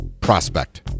prospect